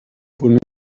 ponent